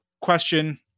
question